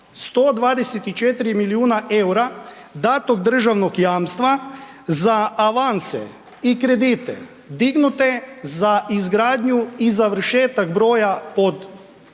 124 milijuna eura datog državnog jamstva za avanse i kredite dignute za izgradnju i završetak broda pod br.